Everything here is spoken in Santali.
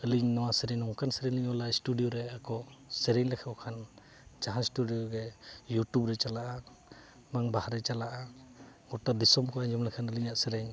ᱟᱹᱞᱤᱧ ᱱᱚᱣᱟ ᱥᱮᱨᱮᱧ ᱱᱚᱝᱠᱟᱱ ᱥᱮᱨᱮᱧ ᱞᱤᱧ ᱚᱞᱟ ᱥᱴᱩᱰᱤᱭᱳ ᱨᱮ ᱟᱠᱚ ᱥᱮᱨᱮᱧ ᱞᱮᱠᱚᱠᱷᱟᱱ ᱡᱟᱦᱟᱸ ᱤᱥᱩᱰᱤᱭᱳ ᱜᱮ ᱤᱭᱩᱴᱩᱵᱽ ᱨᱮ ᱪᱟᱞᱟᱜᱼᱟ ᱵᱟᱝ ᱵᱟᱦᱨᱮ ᱪᱟᱞᱟᱜᱼᱟ ᱜᱚᱴᱟ ᱫᱤᱥᱚᱢ ᱠᱚ ᱟᱸᱡᱚᱢ ᱞᱮᱠᱷᱟᱱ ᱟᱹᱞᱤᱧᱟᱜ ᱥᱮᱨᱮᱧ